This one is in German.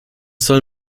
soll